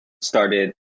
started